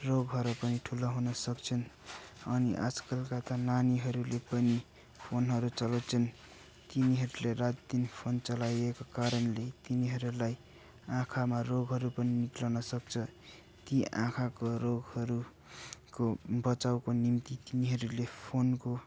रोगहरू पनि ठुलो हुन सक्छन् अनि आजकलका त नानीहरूले पनि फोनहरू चलाउँछन् तिनीहरूले रात दिन फोन चलाइएको कारणले तिनीहरूलाई आँखामा रोगहरू पनि निक्लन सक्छ ती आँखाको रोगहरूको बचाउको निम्ति तिनीहरूले फोनको